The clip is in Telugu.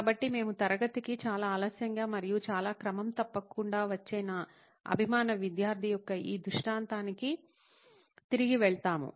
కాబట్టి మేము తరగతికి చాలా ఆలస్యంగా మరియు చాలా క్రమం తప్పకుండా వచ్చే నా అభిమాన విద్యార్థి యొక్క ఈ దృష్టాంతానికి తిరిగి వెళ్తాము